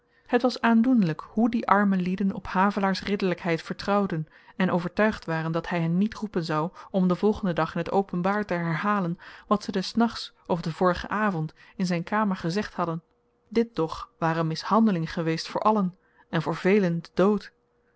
het was aandoenlyk hoe die arme lieden op havelaars ridderlykheid vertrouwden en overtuigd waren dat hy hen niet roepen zou om den volgenden dag in t openbaar te herhalen wat ze des nachts of den vorigen avend in zyn kamer gezegd hadden dit toch ware mishandeling geweest voor allen en voor velen de dood